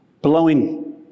Blowing